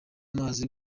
amazi